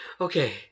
Okay